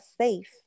safe